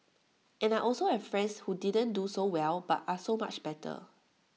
and I also have friends who didn't do so well but are so much better